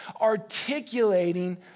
articulating